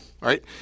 right